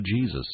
Jesus